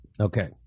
Okay